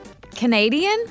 Canadian